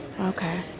Okay